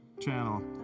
channel